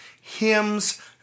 hymns